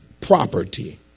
property